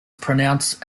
pronounced